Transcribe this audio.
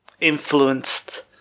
influenced